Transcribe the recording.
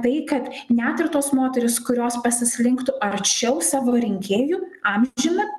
tai kad net ir tos moterys kurios pasislinktų arčiau savo rinkėjų amžiumi